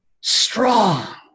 strong